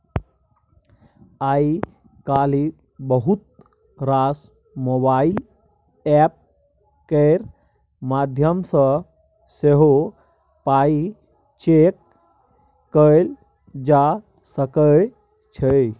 आइ काल्हि बहुत रास मोबाइल एप्प केर माध्यमसँ सेहो पाइ चैक कएल जा सकै छै